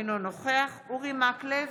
אינו נוכח אורי מקלב,